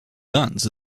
guns